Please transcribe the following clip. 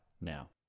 now